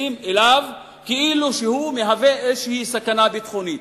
כאילו שהוא מהווה איזו סכנה ביטחונית.